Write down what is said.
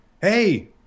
hey